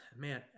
man